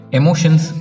emotions